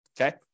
Okay